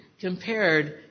compared